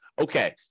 okay